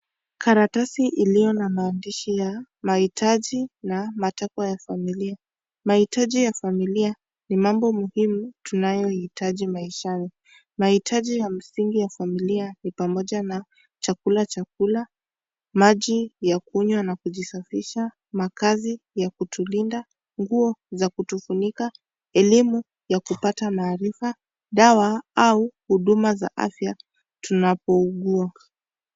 Karatasi iliyo na maandishi ya mahitaji na matakwa ya familia. Mahitaji ya familia ni mambo muhimu tunayohitaji maishani. Mahitaji ya msingi ya familia ni pamoja na chakula cha kula, maji ya kunywa na kujisafisha, makazi ya kutulinda, nguo za kutufunika, elimu ya kupata maarifa, dawa au huduma za afya tunapougua.